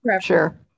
sure